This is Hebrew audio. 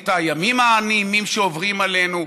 את הימים הנעימים שעוברים עלינו,